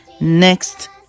next